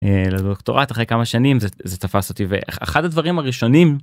לדוקטורט אחרי כמה שנים זה תפס אותי ואחד הדברים הראשונים.